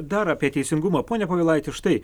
dar apie teisingumą pone povilaiti štai